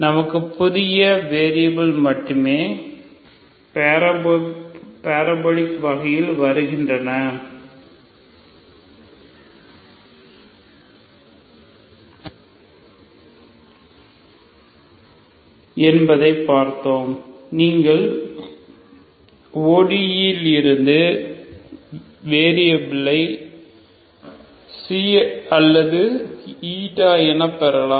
நமக்கு புதிய வெரியபில்கள் மட்டுமே பரபோலிக் வகையில் வருகின்றன என்பதை பார்த்தோம் நீங்கள் ODE லிருந்து ஒரு வேரியபிலை ξ அல்லதுη ஐ பெறலாம்